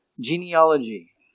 genealogy